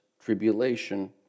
tribulation